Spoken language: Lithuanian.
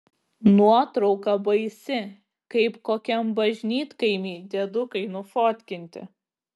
nuotrauka baisi kaip kokiam bažnytkaimy diedukai nufotkinti